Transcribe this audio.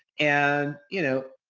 and you know,